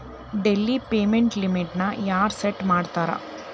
daily payment ಲಿಮಿಟ್ನ ಯಾರ್ set ಮಾಡ್ತಾರಾ